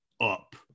up